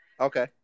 Okay